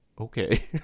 Okay